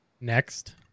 Next